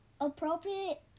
appropriate